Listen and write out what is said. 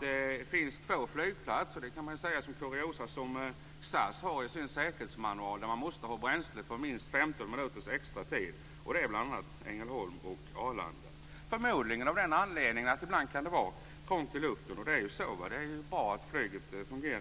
Det finns två flygplatser, kan man säga som kuriosa, som SAS har i sin säkerhetsmanual där man måste ha bränsle för minst 15 minuters extra tid, och det är bl.a. Ängelholm och Arlanda. Det är förmodligen av den anledningen att det ibland kan vara trångt i luften. Och det är ju så. Det är ju bra att flyget fungerar.